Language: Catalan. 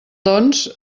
doncs